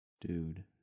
Dude